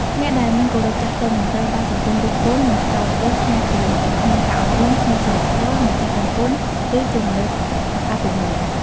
អ្នកដែលមិនគោរពចាស់ទុំ នឹងត្រូវបានសង្គមរិះគន់ និងថ្កោលទោសថាជាមនុស្សគ្មានការអប់រំ គ្មានសីលធម៌ មិនចេះដឹងគុណ ឬជាមនុស្សអកត្តញ្ញូ។